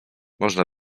można